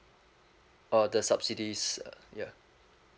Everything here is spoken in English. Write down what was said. uh the subsidies uh ya